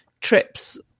trips